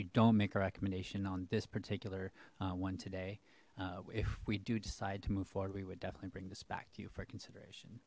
you don't make a recommendation on this particular one today if we do decide to move forward we would definitely bring this back to you for consideration